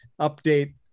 update